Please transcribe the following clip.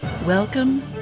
Welcome